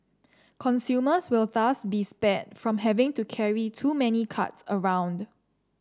consumers will thus be spared from having to carry too many cards around